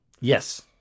Yes